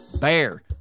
BEAR